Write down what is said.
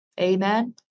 Amen